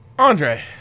Andre